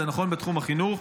זה נכון בתחום החינוך,